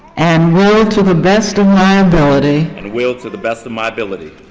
and will to the best of my ability. and will to the best of my ability.